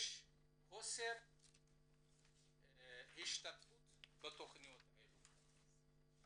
יש חוסר השתתפות בתכניות האלה.